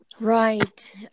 Right